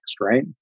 Right